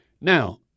Now